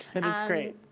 and it's great.